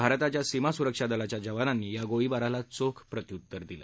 भारताच्या सीमा सुरक्षा दलाच्या जवानांनी या गोळीबाराला चोख प्रत्य्तर दिलं